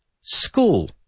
school